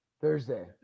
Thursday